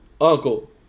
uncle